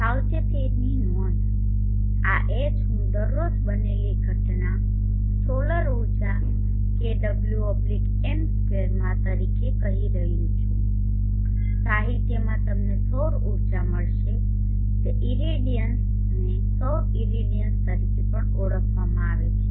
સાવચેતીની નોંધ આ H હું દરરોજ બનેલી ઘટના સોલર ઊર્જા kWm2 માં તરીકે કહી રહ્યો છે સાહિત્યમાં તમને સૌર ઉર્જા મળશે જે ઇરેડિયન્સ ને સૌર ઇરેડિયન્સ તરીકે પણ ઓળખવામાં આવે છે